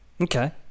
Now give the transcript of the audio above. Okay